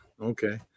okay